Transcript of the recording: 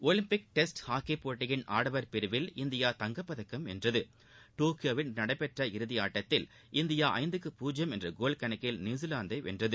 ஜலிப்பிக் test hockey போட்டியின் ஆடவர் பிரிவில் இந்தியா தங்கப் பதக்கம் வென்றது டோக்யோவில் இன்று நடைபெற்ற இறுதி ஆட்டத்தில் இந்தியா ஐந்துக்கு பூஜ்ஜியம் என்ற கோல் கணக்கில் நியூசிலாந்தை வென்றது